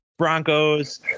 Broncos